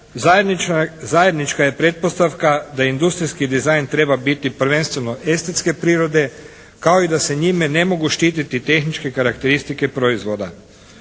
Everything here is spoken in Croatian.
zajednička je pretpostavka da industrijski dizajn treba biti prvenstveno estetske prirode, kao i da se njime ne mogu štititi tehničke karakteristike proizvoda.